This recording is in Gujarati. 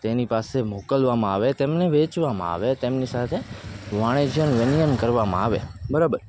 તેની પાસે મોકલવામાં આવે તેમને વેચવામાં આવે તેમની સાથે વાણિજ્ય વિનિયમ કરવામાં આવે બરાબર